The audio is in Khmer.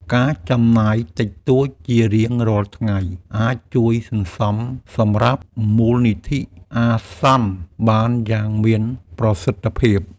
ការចំណាយតិចតួចជារៀងរាល់ថ្ងៃអាចជួយសន្សំសម្រាប់មូលនិធិអាសន្នបានយ៉ាងមានប្រសិទ្ធភាព។